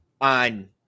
On